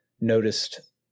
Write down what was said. noticed